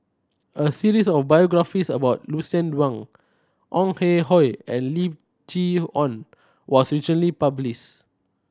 a series of biographies about Lucien Wang Ong Ah Hoi and Lim Chee Onn was recently publish